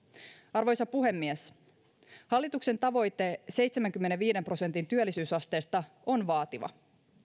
arvoisa puhemies hallituksen tavoite seitsemänkymmenenviiden prosentin työllisyysasteesta on vaativa